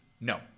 No